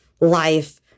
life